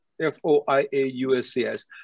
F-O-I-A-U-S-C-S